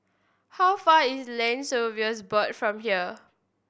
how far is Land Surveyors Board from here